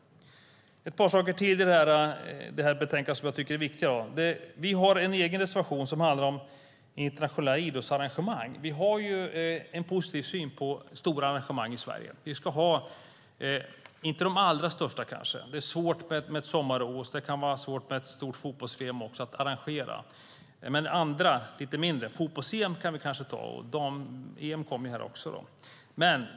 Det finns ett par saker till i betänkandet som jag tycker är viktiga. Det är svårt med ett sommar-OS, och det kan också vara svårt att arrangera ett stort fotbolls-VM. Men vi kan ta andra, som är mindre. Fotbolls-EM kan vi kanske ta, och dam-EM kommer ju.